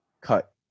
cut